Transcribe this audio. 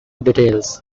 details